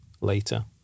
later